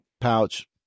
Pouch